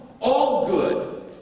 all-good